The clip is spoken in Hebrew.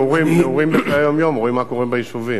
מאירועים בחיי היום-יום רואים מה קורה ביישובים.